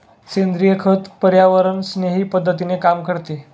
सेंद्रिय खत पर्यावरणस्नेही पद्धतीने काम करते